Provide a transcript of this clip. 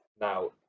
Now